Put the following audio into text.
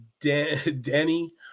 danny